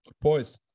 poised